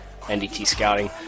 ndtscouting